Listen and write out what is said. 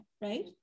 right